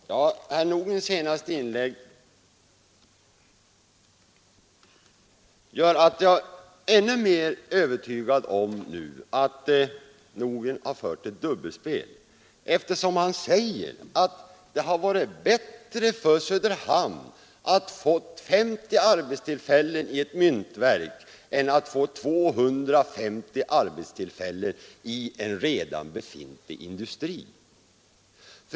Herr talman! Herr Nordgrens senaste inlägg gör mig ännu mer övertygad om att han har fört ett dubbelspel. Han säger att det hade varit bättre för Söderhamn att få 50 arbetstillfällen vid ett myntverk än att få 250 arbetstillfällen i en redan befintlig industri.